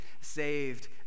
saved